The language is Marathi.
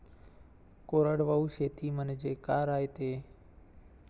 कोरडवाहू शेती म्हनजे का रायते?